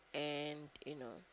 and you know